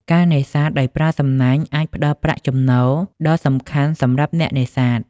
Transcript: ការនេសាទដោយប្រើសំណាញ់អាចផ្តល់ប្រាក់ចំណូលដ៏សំខាន់សម្រាប់អ្នកនេសាទ។